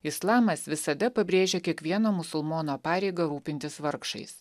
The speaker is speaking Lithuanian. islamas visada pabrėžia kiekvieno musulmono pareigą rūpintis vargšais